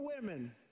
women